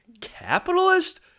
capitalist